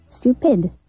Stupid